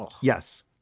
Yes